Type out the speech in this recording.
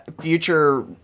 future